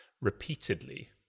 repeatedly